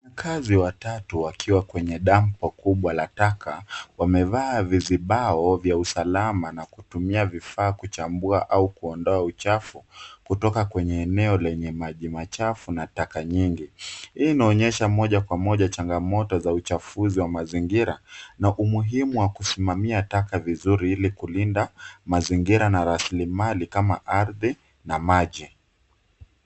Wakaazi watatu wakiwa kwenye dampo kubwa la taka wamevaa vizibao vya usalama na kutumia vifaa kuchambua au kuondoa chafu kutoka kwenye eneo lenye maji machafu na taka nyingi. Hii inaonyesha moja Kwa moja changamoto za uchafuzi wa mazingira na umuhimu wa kusimama taka vizuri ili kulinda mazingira na rasilimali kama ardhi na maji.